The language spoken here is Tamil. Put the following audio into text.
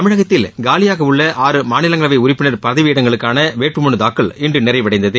தமிழகத்தில் காலியாக உள்ள ஆறு மாநிலங்களவை உறுப்பினர் பதவியிடங்களுக்கான வேட்புமனு தாக்கல் இன்று நிறைவடைந்தது